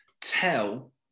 tell